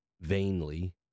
vainly